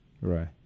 right